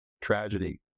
tragedy